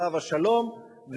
עליו השלום,